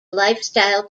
lifestyle